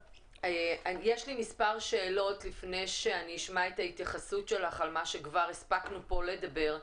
יש לי מספר שאלות לפני שאשמע את התייחסותך על מה שכבר הספקנו כאן לדבר,